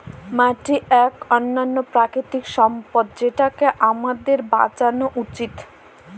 মাটি এক অনন্য প্রাকৃতিক সম্পদ যেটাকে আমাদের বাঁচানো উচিত